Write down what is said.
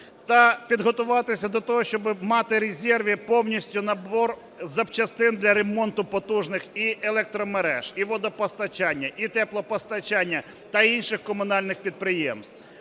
Та підготуватися до того, щоб мати у резерві повністю набір запчастин для ремонту потужних і електромереж, і водопостачання, і теплопостачання та інших комунальних підприємств.